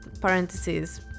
parentheses